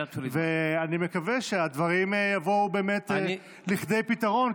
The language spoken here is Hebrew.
ואני מקווה שהדברים יבואו באמת לכדי פתרון,